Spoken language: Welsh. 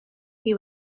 chi